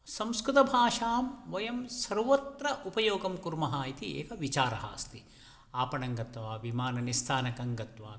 संस्कृतभाषां वयं सर्वत्र उपयोगं कुर्मं इति एक विचारः अस्ति आपणं गत्वा विमाननिस्स्थानकं गत्वा